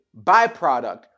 byproduct